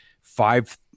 five